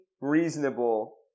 reasonable